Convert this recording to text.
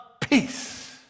peace